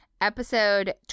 episode